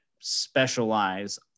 specialize